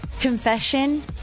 confession